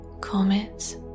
comets